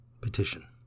Petition